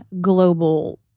global